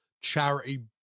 charity